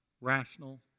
rational